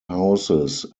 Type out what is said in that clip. houses